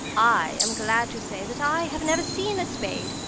i am glad to say that i have never seen a spade.